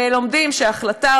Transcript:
הם לומדים שהחלטה,